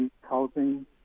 housing